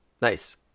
Nice